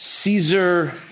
Caesar